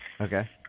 okay